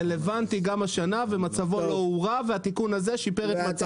רלוונטי גם השנה ומצבו לא הורע והתיקון הזה שיפר את מצבו.